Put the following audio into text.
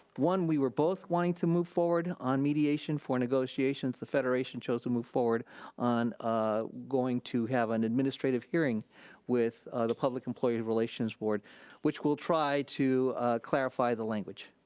one we were both wanting to move forward on mediation for negotiations. the federation chose to move forward on ah going to have a and administrative hearing with the public employee relations board which will try to clarify the language.